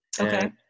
Okay